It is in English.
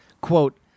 quote